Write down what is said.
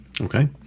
Okay